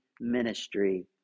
ministry